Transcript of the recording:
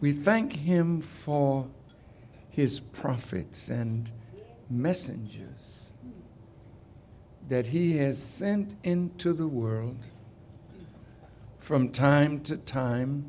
we thank him for his prophets and messengers that he has sent into the world from time to time